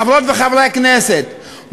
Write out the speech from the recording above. חברות וחברי הכנסת,